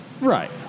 Right